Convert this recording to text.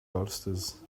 bolsters